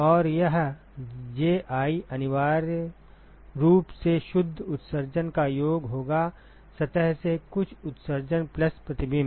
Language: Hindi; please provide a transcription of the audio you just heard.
और यह Ji अनिवार्य रूप से शुद्ध उत्सर्जन का योग होगा सतह से कुछ उत्सर्जन प्लस प्रतिबिंब